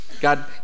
God